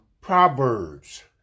Proverbs